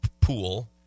pool